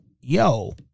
yo